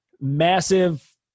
massive